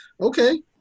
okay